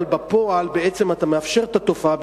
אבל בפועל בעצם אתה מאפשר את התופעה,